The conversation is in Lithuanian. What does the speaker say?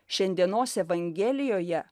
šiandienos evangelijoje